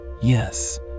yes